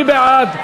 מי בעד?